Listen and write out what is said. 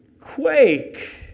quake